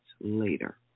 later